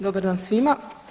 Dobar dan svima.